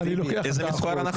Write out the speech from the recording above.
איזה מספר אנחנו?